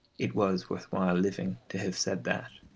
it was worth while living to have said that.